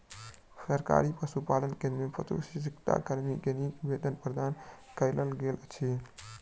सरकारी पशुपालन केंद्र में पशुचिकित्सा कर्मी के नीक वेतन प्रदान कयल गेल अछि